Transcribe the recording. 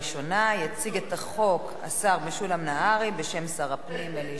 יציג את החוק השר משולם נהרי בשם שר הפנים אלי ישי.